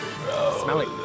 Smelly